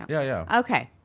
yeah, yeah. okay,